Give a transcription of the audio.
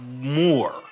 more